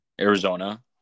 Arizona